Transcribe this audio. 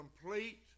complete